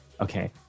Okay